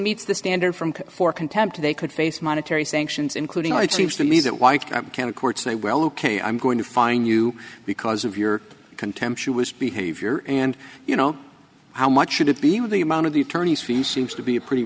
meets the standard from for contempt they could face monetary sanctions including i seems to me that wife can of course say well ok i'm going to fine you because of your contemptuous behavior and you know how much should it be with the amount of the attorney's fees seems to be a pretty